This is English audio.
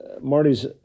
Marty's